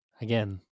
again